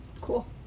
cool